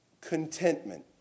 contentment